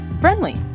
friendly